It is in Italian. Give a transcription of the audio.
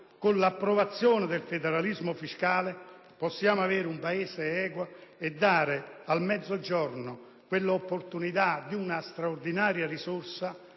Con l'approvazione del federalismo fiscale possiamo avere un Paese equo, dando al Mezzogiorno l'opportunità di una straordinaria risorsa,